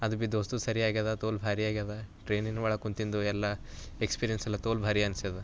ಅದು ಭೀ ದೋಸ್ತು ಸರಿ ಆಗಿದೆ ತೋಲ ಭಾರಿ ಆಗಿದೆ ಟ್ರೈನಿನ ಒಳಗೆ ಕೂತಿದ್ದು ಎಲ್ಲ ಎಕ್ಸ್ಪೀರಿಯೆನ್ಸ್ ಎಲ್ಲ ತೋಲ ಭಾರಿ ಅನಿಸಿದೆ